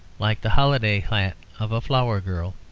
like the holiday hat of a flower-girl.